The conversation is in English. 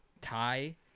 Thai